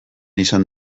izan